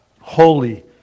holy